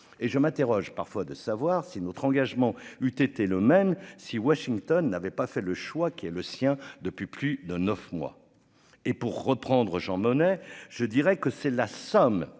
et je m'interroge parfois de savoir si notre engagement eut été le même si Washington n'avait pas fait le choix qui est le sien depuis plus de 9 mois et pour reprendre Jean Monnet je dirais que c'est la somme